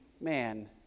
man